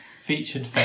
featured